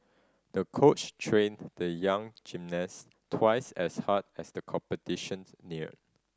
the coach trained the young gymnast twice as hard as the competition neared